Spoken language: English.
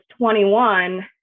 21